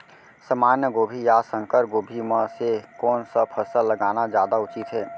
सामान्य गोभी या संकर गोभी म से कोन स फसल लगाना जादा उचित हे?